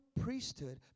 priesthood